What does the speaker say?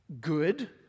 good